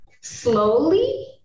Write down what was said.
slowly